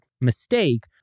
mistake